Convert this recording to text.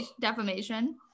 defamation